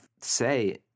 say